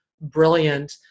brilliant